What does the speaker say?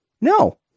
No